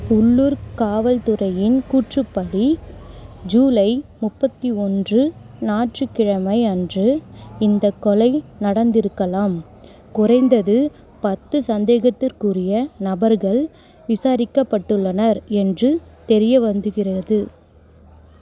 உள்ளூர் காவல்துறையின் கூற்றுப்படி ஜூலை முப்பத்து ஒன்று ஞாயிற்றுக்கிழமை அன்று இந்த கொலை நடந்திருக்கலாம் குறைந்தது பத்து சந்தேகத்திற்குரிய நபர்கள் விசாரிக்கப்பட்டுள்ளனர் என்று தெரியவந்துகிறது